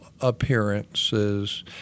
appearances